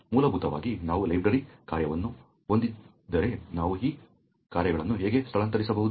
ಮೂಲಭೂತವಾಗಿ ನಾವು ಲೈಬ್ರರಿಯಲ್ಲಿ ಕಾರ್ಯಗಳನ್ನು ಹೊಂದಿದ್ದರೆ ನಾವು ಈ ಕಾರ್ಯಗಳನ್ನು ಹೇಗೆ ಸ್ಥಳಾಂತರಿಸಬಹುದು